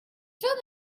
fill